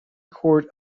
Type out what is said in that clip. court